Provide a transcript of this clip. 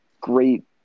Great